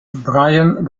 bryan